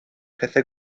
pethau